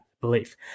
belief